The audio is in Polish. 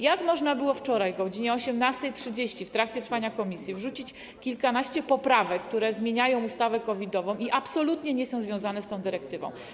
Jak można było wczoraj o godz. 18.30, w trakcie trwania posiedzenia komisji, wrzucić kilkanaście poprawek, które zmieniają ustawę COVID-ową i absolutnie nie są związane z tą dyrektywą?